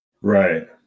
Right